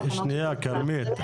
שנייה כרמית,